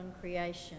creation